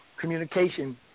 Communication